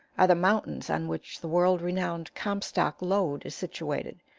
are the mountains on which the world-renowned comstock lode is situated,